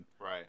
Right